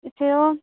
इथं